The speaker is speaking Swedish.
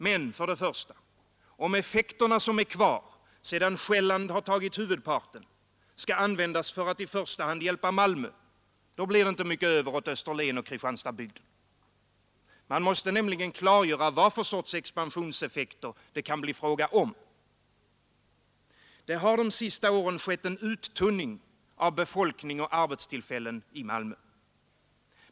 Men — först och främst — om de effekter som är kvar sedan Själland tagit huvudparten, skall användas för att hjälpa Malmö, då blir det inte mycket över åt Österlen och Kristianstadsbygden. Man måste nämligen klargöra vad för slags expansionseffekter det kan bli fråga om. Det har de sista åren skett en uttunning av befolkning och arbetstillfällen i Malmö.